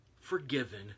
forgiven